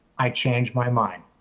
i changed my mind.